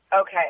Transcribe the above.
Okay